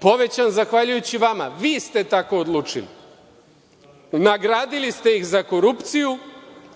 povećan zahvaljujući vama. Vi ste tako odlučili. Nagradili ste ih za korupciju,